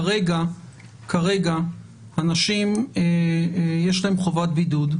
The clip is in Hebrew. כרגע על אנשים יש חובת בידוד,